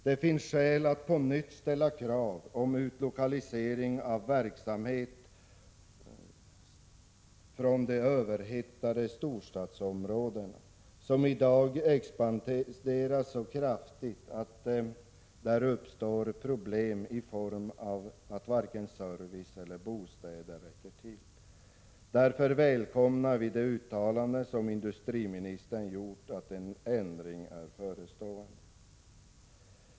Det finns skäl att på nytt ställa krav på utlokalisering av verksamhet från de överhettade storstadsområdena, som i dag expanderar så kraftigt att det där uppstår problem i form av otillräcklig service och tillgång på bostäder. Därför välkomnar vi de uttalanden som industriministern gjort om att en ändring är förestående.